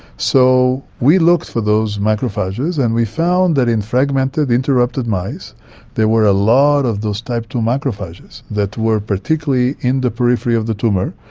so we looked for those macrophages and we found that in fragmented interrupted mice there were a lot of those type two macrophages that were particularly in the periphery of the tumour,